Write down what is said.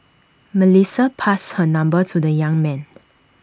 Melissa passed her number to the young man